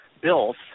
bills